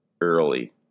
early